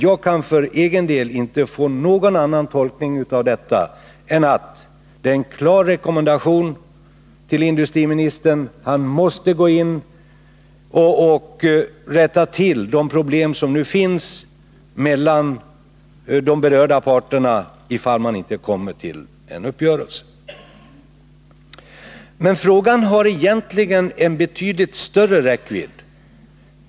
Jag kan för egen del inte tolka det på något annat sätt än att det är en klar rekommendation till industriministern att gå in och rätta till de problem som nu finns mellan de berörda parterna, om man inte kommer fram till en uppgörelse. Men frågan har egentligen en betydligt större räckvidd.